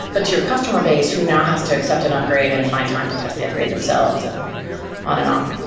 but to your customer base who now has to accept an upgrade and find time to test the upgrade themselves and on and on.